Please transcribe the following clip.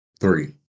Three